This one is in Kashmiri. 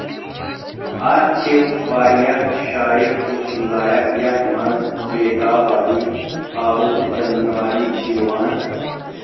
اَتھ چھِ واریاہ جایہِ وٕچھٕنۍ لایق یَتھ منٛز بیتاب وادی آڈوٗ تہٕ چندادنواری چھ یِوان